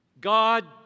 God